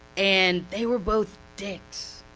and they were both dicks.